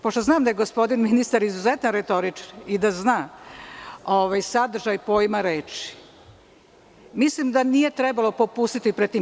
Pošto znam da je gospodin ministar izuzetan retoričar i da zna sadržaj pojma reči, mislim da nije trebalo popusti pred tim.